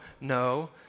no